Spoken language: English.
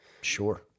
Sure